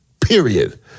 period